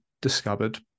discovered